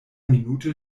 minute